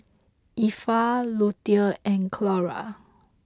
Effa Lutie and Clora